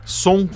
som